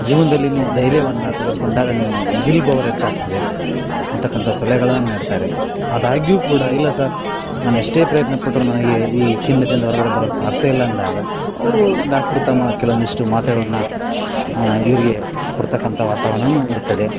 ಜೀವನದಲ್ಲಿ ನೀವು ಧೈರ್ಯವನ್ನು ತೆಗ್ದುಕೊಂಡಾಗ ನಮ್ಮ ವಿಲ್ ಪವರ್ ಹೆಚ್ಚಾಗ್ತದೆ ಅಂತಕ್ಕಂತ ಸಲಹೆಗಳನ್ನು ನೀಡ್ತಾರೆ ಆದಾಗ್ಯೂ ಕೂಡ ಇಲ್ಲ ಸರ್ ನಾನೆಷ್ಟೆ ಪ್ರಯತ್ನ ಪಟ್ಟರು ನನಗೆ ಈ ಖಿನ್ನತೆಯಿಂದ ಹೊರಗಡೆ ಬರಕೆ ಆಗ್ತಾಯಿಲ್ಲ ಅಂದಾಗ ಅವರು ಡಾಕ್ಟ್ರು ತಮ್ಮ ಕೆಲವೊಂದಿಷ್ಟು ಮಾತ್ರೆಗಳನ್ನು ಇವರಿಗೆ ಕೊಡ್ತಕ್ಕಂತ ವಾತಾವರಣನೂ ಇರುತ್ತದೆ